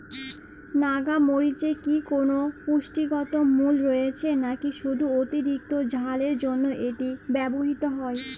নাগা মরিচে কি কোনো পুষ্টিগত মূল্য রয়েছে নাকি শুধু অতিরিক্ত ঝালের জন্য এটি ব্যবহৃত হয়?